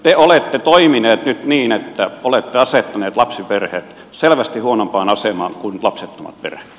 te olette toimineet nyt niin että olette asettaneet lapsiperheet selvästi huonompaan asemaan kuin lapsettomat perheet